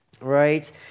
right